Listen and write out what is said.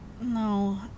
No